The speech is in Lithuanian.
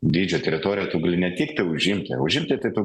dydžio teritoriją tu gali ne tikti užimti užimti tai tu